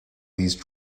these